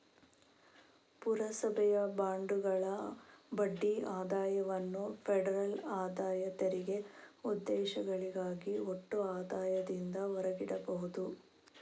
ಪುರಸಭೆಯ ಬಾಂಡುಗಳ ಬಡ್ಡಿ ಆದಾಯವನ್ನು ಫೆಡರಲ್ ಆದಾಯ ತೆರಿಗೆ ಉದ್ದೇಶಗಳಿಗಾಗಿ ಒಟ್ಟು ಆದಾಯದಿಂದ ಹೊರಗಿಡಬಹುದು